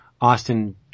Austin